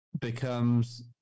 becomes